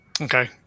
Okay